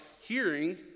hearing